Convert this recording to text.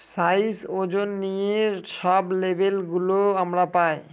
size, ওজন নিয়ে সব লেবেল গুলো আমরা পায়